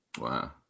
Wow